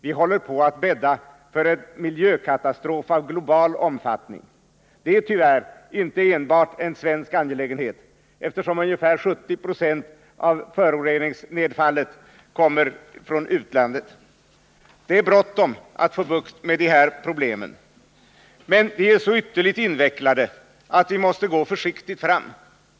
Vi håller på att bädda för en miljökatastrof av global omfattning. Det är tyvärr inte enbart en svensk angelägenhet, eftersom ungefär 70 90 av föroreningsnedfallet kommer från utlandet. Det är bråttom att få bukt med de här problemen, men de är så ytterligt invecklade, att vi måste gå försiktigt fram.